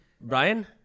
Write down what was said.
Brian